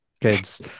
kids